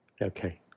okay